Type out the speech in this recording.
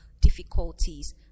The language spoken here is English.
difficulties